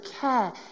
care